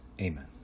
Amen